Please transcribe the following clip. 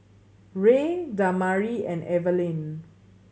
Rey Damari and Evalyn